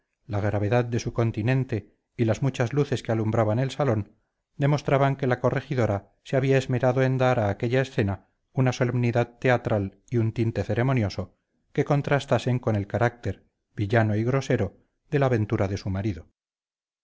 la gravedad de su continente y las muchas luces que alumbraban el salón demostraron que la corregidora se había esmerado en dar a aquella escena una solemnidad teatral y un tinte ceremonioso que contrastasen con el carácter villano y grosero de la aventura de su marido